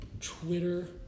Twitter